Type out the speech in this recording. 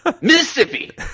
Mississippi